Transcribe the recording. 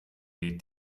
geht